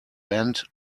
banned